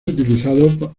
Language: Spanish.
utilizado